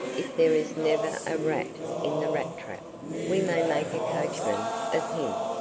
if there is never a rat in the rat-trap we may make a coachman of him.